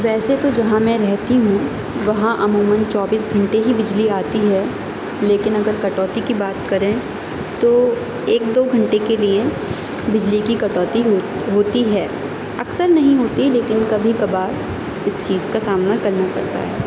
ویسے تو جہاں میں رہتی ہوں وہاں عموماً چوبیس گھنٹے ہی بجلی آتی ہے لیکن اگر کٹوتی کی بات کریں تو ایک دو گھنٹے کے لیے بجلی کی کٹوتی ہو ہوتی ہے اکثر نہیں ہوتی لیکن کبھی کبھار اس چیز کا سامنا کرنا پڑتا ہے